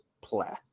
play